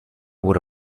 would